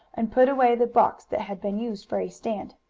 and put away the box that had been used for a stand.